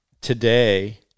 today